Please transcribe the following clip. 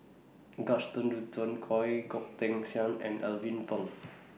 Gaston Dutronquoy Goh Teck Sian and Alvin Pang